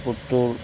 Puttur